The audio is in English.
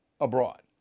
abroad